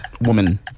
Woman